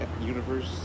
universe